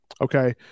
Okay